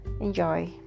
enjoy